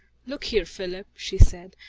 look here, philip, she said,